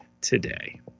today